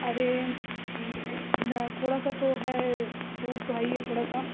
अरे थोड़ा सा तो है दूर तो है ही है थोड़ा सा